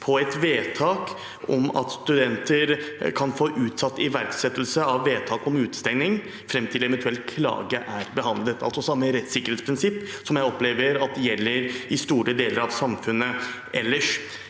på et vedtak om at studenter kan få utsatt iverksettelse av vedtak om utestengning fram til eventu ell klage er behandlet – altså samme rettssikkerhetsprinsipp som jeg opplever gjelder i store deler av samfunnet ellers.